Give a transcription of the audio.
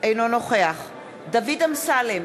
אינו נוכח דוד אמסלם,